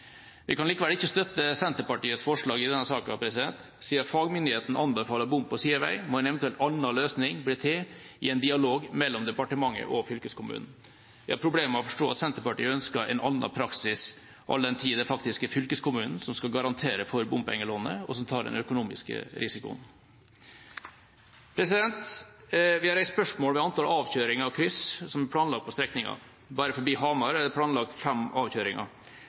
Vi kan likevel ikke støtte Senterpartiets forslag i denne saken. Siden fagmyndigheten anbefaler bom på sidevei, må en eventuell annen løsning bli til i en dialog mellom departementet og fylkeskommunen. Jeg har problemer med å forstå at Senterpartiet ønsker en annen praksis, all den tid det faktisk er fylkeskommunen som skal garantere for bompengelånet, og som tar den økonomiske risikoen. Vi har reist spørsmål ved antall avkjøringer og kryss som er planlagt på strekningen. Bare forbi Hamar er det planlagt fem avkjøringer.